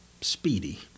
speedy